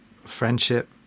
friendship